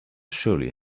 surely